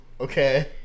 Okay